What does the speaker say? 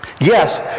Yes